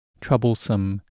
troublesome